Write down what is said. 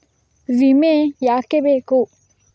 ವಿಮೆ ಯಾಕೆ ಬೇಕು?